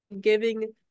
giving